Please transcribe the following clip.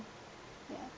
ya